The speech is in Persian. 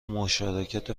مشارکت